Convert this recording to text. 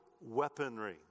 weaponry